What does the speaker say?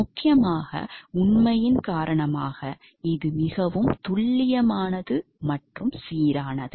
முக்கியமாக உண்மையின் காரணமாக இது மிகவும் துல்லியமானது மற்றும் சீரானது